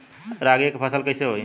रागी के फसल कईसे होई?